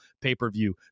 pay-per-view